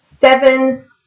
seven